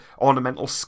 ornamental